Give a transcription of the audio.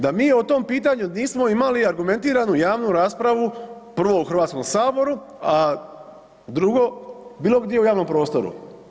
Da mi o tom pitanju nismo imali argumentiranu javnu raspravu, prvo u HS, a drugo bilo gdje u javnom prostoru.